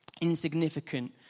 Insignificant